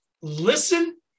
listen